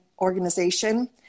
organization